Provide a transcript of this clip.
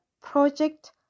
Project